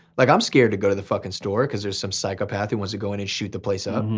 like i'm scared to go to the fucking store cause there's some psychopath who wants to go in and shoot the place up.